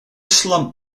slump